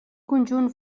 conjunt